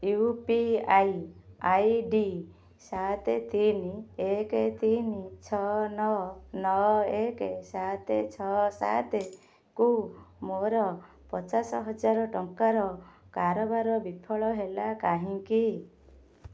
you P I ID ସାତ ତିନି ଏକ ତିନି ଛଅ ନଅ ନଅ ଏକ ସାତ ଛଅ ସାତ କୁ ମୋର ପଚାଶ ହଜାର ଟଙ୍କାର କାରବାର ବିଫଳ ହେଲା କାହିଁକି